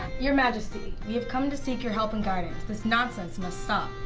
your majesty, we have come to seek your help and guidance. this nonsense must stop.